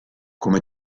come